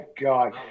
god